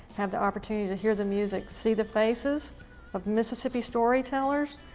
have the opportunity to hear the music, see the faces of mississippi storytellers,